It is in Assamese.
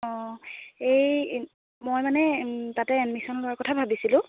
অঁ এই মই মানে তাতে এডমিশ্যন লোৱাৰ কথা ভাবিছিলোঁ